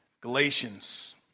Galatians